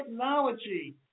Technology